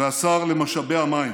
והשר למשאבי המים.